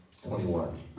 21